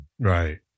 Right